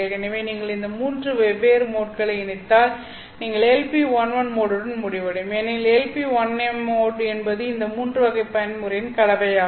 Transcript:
எனவே நீங்கள் இந்த மூன்று வெவ்வேறு மோட்களை இணைத்தால் நீங்கள் LP11 மோடுடன் முடிவடையும் ஏனெனில் LP1m மோட் என்பது இந்த மூன்று வகை பயன்முறையின் கலவையாகும்